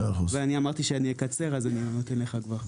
אני מתנצלת.